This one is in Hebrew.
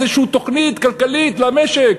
איזושהי תוכנית כלכלית למשק.